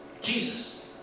Jesus